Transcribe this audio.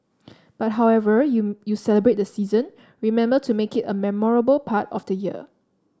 but however you you celebrate the season remember to make it a memorable part of the year